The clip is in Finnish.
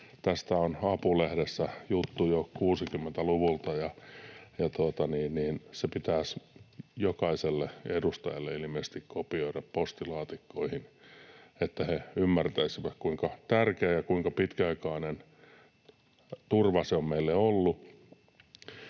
Tästä oli Apu-lehdessä juttu jo 60-luvulla, ja se pitäisi jokaiselle edustajalle ilmeisesti kopioida postilaatikoihin, että he ymmärtäisivät, kuinka tärkeä ja kuinka pitkäaikainen turva se on meille ollut.